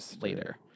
later